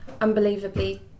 unbelievably